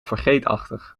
vergeetachtig